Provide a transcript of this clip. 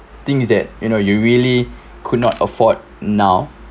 things that you know you really could not afford now